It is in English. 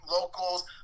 locals